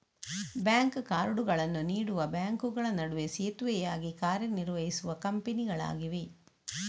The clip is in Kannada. ಬ್ಯಾಂಕ್ ಕಾರ್ಡುಗಳನ್ನು ನೀಡುವ ಬ್ಯಾಂಕುಗಳ ನಡುವೆ ಸೇತುವೆಯಾಗಿ ಕಾರ್ಯ ನಿರ್ವಹಿಸುವ ಕಂಪನಿಗಳಾಗಿವೆ